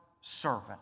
servant